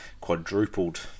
quadrupled